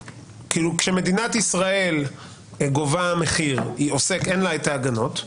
כשמדינת ישראל גובה מחיר היא עוסק אין לה את ההגנות,